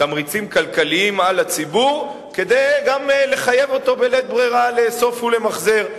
תמריצים כלכליים על הציבור כדי גם לחייב אותו בלית ברירה לאסוף ולמחזר.